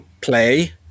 play